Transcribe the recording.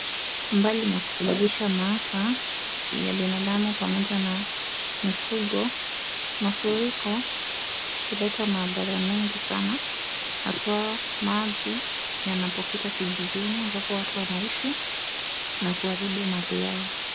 Mbali na kusababisha maafa ya binadamu pamoja na mifugo ,mafuriko huleta madhara mengi sana haswa maji yanapofika kijijini ambapo watu wanaishi na kuharibu mali yao.